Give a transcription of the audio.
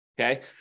okay